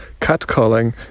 Catcalling